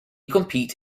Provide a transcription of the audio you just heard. compete